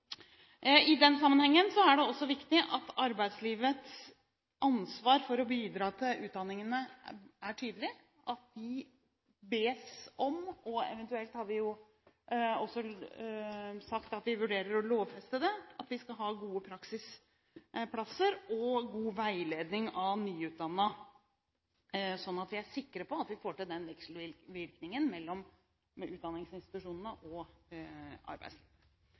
I den sammenhengen er det også viktig at arbeidslivets ansvar for å bidra til utdanningene er tydelig. Eventuelt har vi også sagt at vi vurderer å lovfeste det – at vi skal ha gode praksisplasser og god veiledning av nyutdannede, sånn at vi er sikre på at vi får til denne vekselvirkningen mellom utdanningsinstitusjonene og